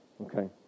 Okay